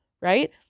Right